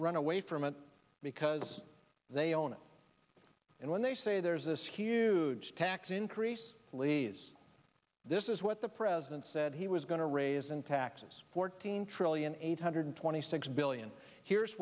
run away from it because they own it and when they say there's this huge tax increase please this is what the president said he was going to raise in taxes fourteen trillion eight hundred twenty six billion here's